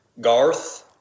Garth